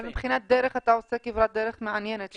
אבל מבחינת דרך, אתה עושה כברת דרך מעניינת שם.